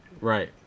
Right